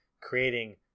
creating